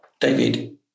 David